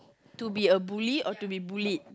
to be a bully or to be bullied